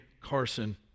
Carson